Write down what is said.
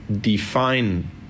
define